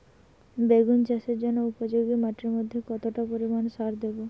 বেগুন চাষের জন্য উপযোগী মাটির মধ্যে কতটা পরিমান সার দেব?